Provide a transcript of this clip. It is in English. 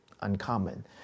uncommon